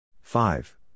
five